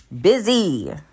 busy